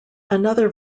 another